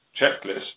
checklist